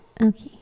Okay